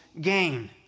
gain